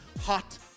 hot